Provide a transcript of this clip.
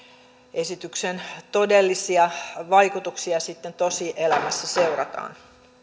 esityksen todellisia vaikutuksia sitten tosielämässä seurataan